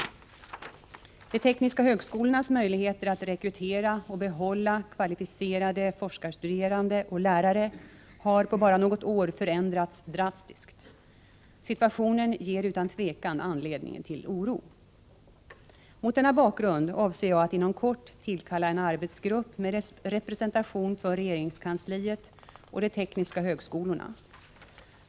De tekniska högskolornas möjligheter att rekrytera och behålla kvalificerade forskarstuderande och lärare har på bara något år förändrats drastiskt. Situationen ger utan tvivel anledning till oro. Mot denna bakgrund avser jag att inom kort tillkalla en arbetsgrupp med representation för regeringskansliet och de tekniska högskolorna.